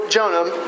Jonah